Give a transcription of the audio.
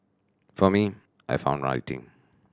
for me I found writing